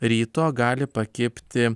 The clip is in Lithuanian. ryto gali pakibti